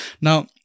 Now